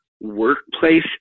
workplace